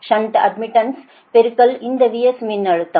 shunt admittance பெருக்கல் இந்த VS மின்னழுத்தம்